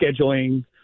scheduling